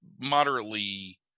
moderately